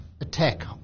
attack